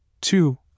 two